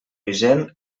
vigent